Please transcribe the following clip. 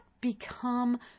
become